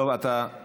דב, אתה ויתרת,